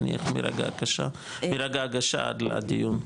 נניח מרגע ההגשה עד לדיון?